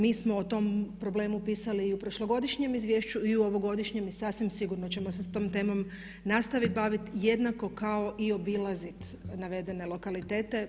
Mi smo o tom problemu pisali i u prošlogodišnjem izvješću i u ovogodišnjem i sasvim sigurno ćemo se tom temom nastaviti baviti jednako kao i obilazit navedene lokalitete.